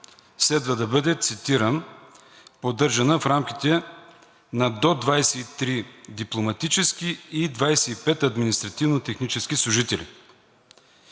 следва да бъде – цитирам: „Поддържана в рамките на до 23 дипломатически и 25 административно-технически служители.“